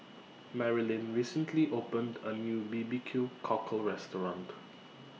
Maralyn recently opened A New B B Q Cockle Restaurant